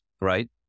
right